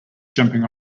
jumping